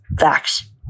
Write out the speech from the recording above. facts